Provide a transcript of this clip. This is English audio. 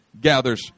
gathers